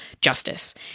justice